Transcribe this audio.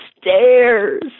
stairs